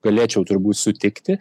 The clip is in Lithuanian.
galėčiau turbūt sutikti